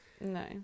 No